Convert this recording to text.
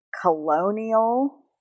colonial